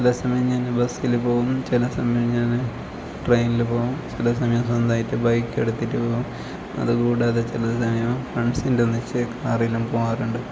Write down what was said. ചില സമയം ഞാൻ ബസിൽ പോകും ചില സമയം ഞാൻ ട്രെയ്നിൽ പോകും ചില സമയം സ്വന്തമായിട്ട് ബൈക്കെടുത്തിട്ട് പോകും അതുകൂടാതെ ചില സമയം ഫ്രണ്ട്സിൻ്റെ ഒന്നിച്ച് കാറിലും പോകാറുണ്ട്